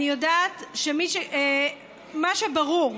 אני יודעת שמה שברור